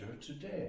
today